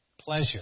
pleasure